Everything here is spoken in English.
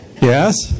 Yes